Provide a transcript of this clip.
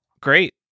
Great